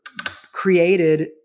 created